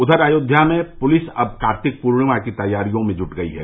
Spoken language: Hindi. उधर अयोध्या में पुलिस अब कार्तिक पूर्णिमा की तैयारियों में जुट गई है